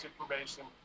information